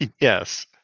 Yes